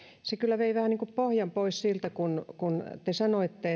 se kyllä vei vähän pohjan pois tältä kun te sanoitte